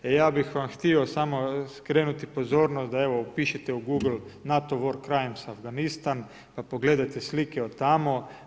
Ja bih vam htio samo skrenuti pozornost da evo upišite u Google NATO world crimes Afganistan, pa pogledajte slike od tamo.